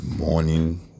morning